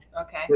Okay